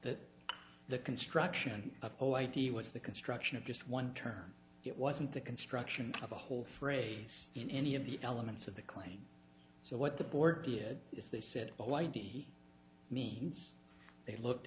that the construction of all id was the construction of just one term it wasn't the construction of a whole phrase in any of the elements of the claim so what the board did is they said a light he means they looked